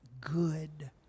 good